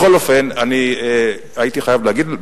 בכל אופן, אני הייתי חייב להגיד.